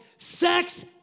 sex